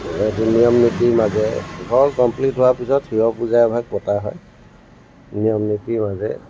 এটি নিয়ম নীতিৰ মাজেৰে ঘৰ কমপ্লিট হোৱাৰ পিছত শিৱ পূজা এভাগ পতা হয় নিয়ম নীতিৰ মাজেৰে